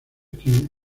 quien